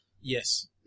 Yes